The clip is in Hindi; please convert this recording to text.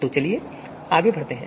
तो चलिए आगे बढ़ते हैं